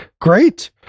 great